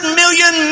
million